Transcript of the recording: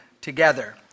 together